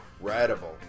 incredible